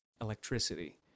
electricity